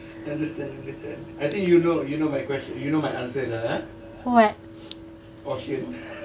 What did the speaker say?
what